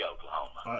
Oklahoma